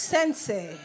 Sensei